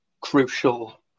crucial